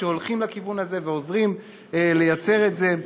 שהולכים לכיוון הזה ועוזרים לייצר את זה.